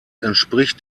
entspricht